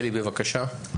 שלי, בבקשה.